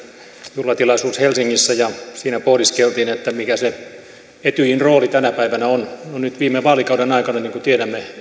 juhlatilaisuus helsingissä ja siinä pohdiskeltiin mikä se etyjin rooli tänä päivänä on nyt viime vaalikauden aikana niin kuin tiedämme